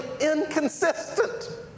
inconsistent